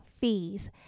fees